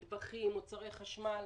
מטבחים, מוצרי חשמל.